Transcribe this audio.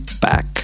Back